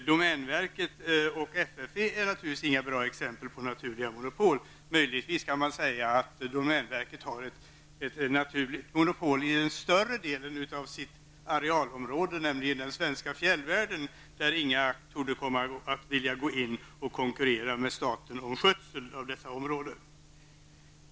Domänverket och FFV är naturligtvis inga bra exempel på naturliga monopol. Möjligen kan man säga att domänverket har naturligt monopol i större delen av sitt arealområde, nämligen i den svenska fjällvärlden. Där torde ingen vilja gå in och konkurrera med staten om skötseln av områdena.